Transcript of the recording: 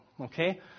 Okay